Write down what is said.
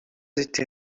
été